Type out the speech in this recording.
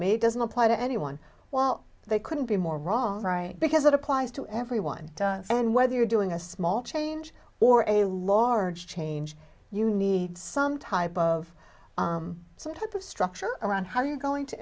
me doesn't apply to anyone well they couldn't be more wrong right because it applies to everyone and whether you're doing a small change or a law change you need some type of some type of structure around how you're going to